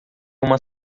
uma